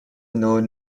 known